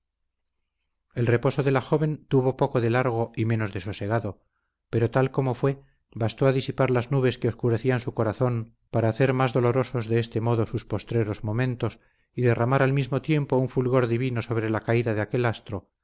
el reposo de la joven tuvo poco de largo y menos de sosegado pero tal como fue bastó a disipar las nubes que oscurecían su razón para hacer más dolorosos de este modo sus postreros momentos y derramar al mismo tiempo un fulgor divino sobre la caída de aquel astro